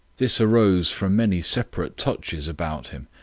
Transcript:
this arose from many separate touches about him.